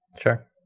Sure